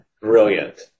Brilliant